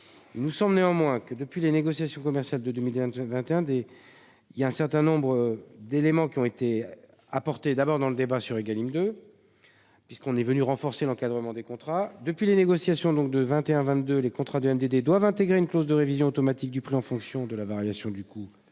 Il nous semble néanmoins que, depuis les négociations commerciales de 2021, un certain nombre d'éléments ont été apportés, d'abord lors de l'examen de la loi Égalim 2, qui a renforcé l'encadrement des contrats. Depuis les négociations de 2021-2022, les contrats portant sur les MDD doivent intégrer une clause de révision automatique du prix en fonction de la variation du coût